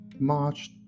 March